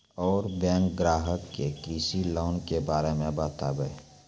और बैंक ग्राहक के कृषि लोन के बारे मे बातेबे?